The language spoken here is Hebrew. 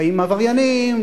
באים עבריינים,